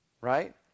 right